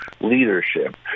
leadership